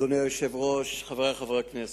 אדוני היושב-ראש, חברי חברי הכנסת,